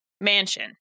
Mansion